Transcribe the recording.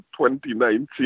2019